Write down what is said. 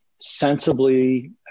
sensibly